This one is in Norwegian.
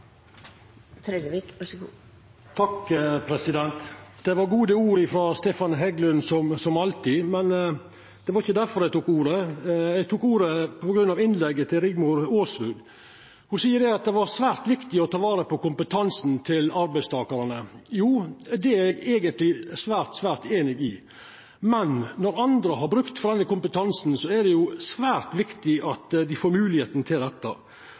Det var gode ord frå Stefan Heggelund, som alltid, men det var ikkje difor eg tok ordet. Eg tok ordet på grunn av innlegget til Rigmor Aasrud. Ho sa at det var svært viktig å ta vare på kompetansen til arbeidstakarane. Jo, det er eg eigentleg svært, svært einig i. Men når andre har bruk for denne kompetansen, er det svært viktig at dei får moglegheita til